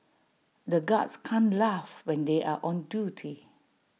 the guards can't laugh when they are on duty